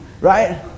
right